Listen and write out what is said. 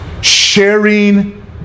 sharing